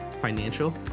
financial